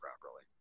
properly